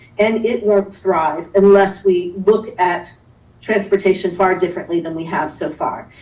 and it worked thrive unless we look at transportation far differently than we have so far.